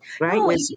Right